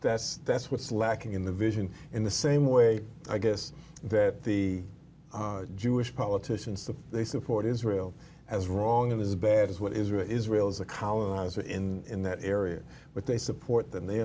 that's that's what's lacking in the vision in the same way i guess that the jewish politicians that they support israel as wrong as bad as what israel israel is a colonizer in that area but they support them they